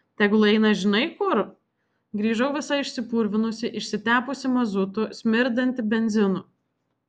tegul eina žinai kur grįžau visa išsipurvinusi išsitepusi mazutu smirdanti benzinu